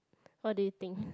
what do you think